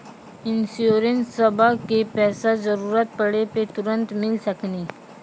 इंश्योरेंसबा के पैसा जरूरत पड़े पे तुरंत मिल सकनी?